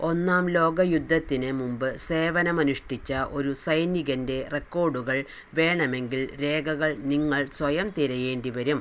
ഒന്നാം ലോക യുദ്ധത്തിന് മുമ്പ് സേവനമനുഷ്ഠിച്ച ഒരു സൈനികൻ്റെ റെക്കോർഡുകൾ വേണമെങ്കിൽ രേഖകൾ നിങ്ങൾ സ്വയം തിരയേണ്ടി വരും